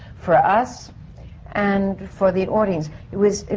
for us and for. the audience. it was.